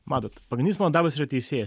matot pagrindinis mano darbas yra teisėjas